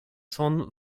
sohn